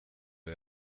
att